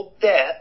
death